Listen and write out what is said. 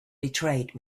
betrayed